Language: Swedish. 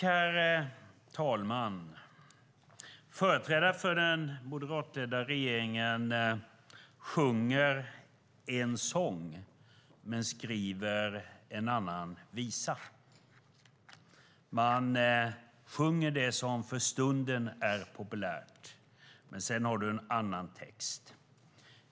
Herr talman! Företrädare för den moderatledda regeringen sjunger en sång men skriver en annan visa. Man sjunger det som för stunden är populärt, men sedan har man en annan text.